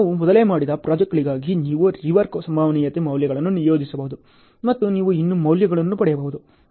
ನಾವು ಮೊದಲೇ ಮಾಡಿದ ಪ್ರಾಜೆಕ್ಟ್ಗಳಿಗಾಗಿ ನೀವು ರಿವರ್ಕ್ ಸಂಭವನೀಯತೆ ಮೌಲ್ಯಗಳನ್ನು ನಿಯೋಜಿಸಬಹುದು ಮತ್ತು ನೀವು ಇನ್ನೂ ಮೌಲ್ಯಗಳನ್ನು ಪಡೆಯಬಹುದು